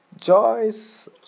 joyce